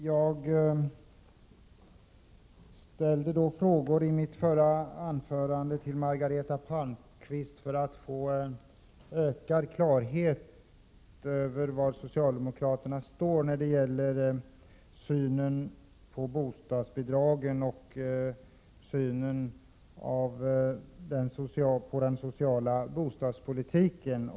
Herr talman! Jag ställde i mitt förra anförande frågor till Margareta Palmqvist för att få ökad klarhet i var socialdemokraterna står när det gäller synen på bostadsbidragen och synen på den sociala bostadspolitiken.